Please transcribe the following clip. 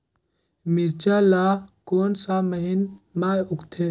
मिरचा ला कोन सा महीन मां उगथे?